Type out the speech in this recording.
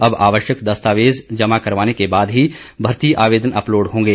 अब आवश्यक दस्तावेज जमा करवाने के बाद ही भर्ती आवेदन अपलोड होंगे